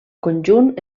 conjunt